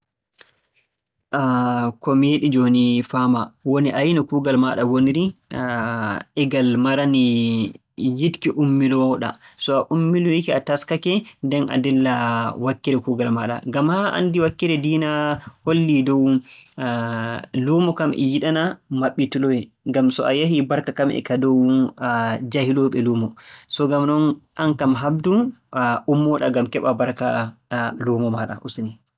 ko mi yiɗi jooni faama, woni a yi'ii no kuugal maaɗa woniri. e ngal marani yiɗki ummilowaa-ɗaa, so a ummilowake a taskake nden a dilla wakkere kuugal maaɗa. Ngam maa a anndi wakkere diina hollii dow luumo e yiɗanaa mattilowee, ngam to a yahii barka kan e ka dow jahilowooɓe luumo. So ngam non, aan kam haɓdu, ummilowoo-ɗaa ngam keɓaa barkaa luumo maaɗa, useni.